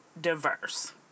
diverse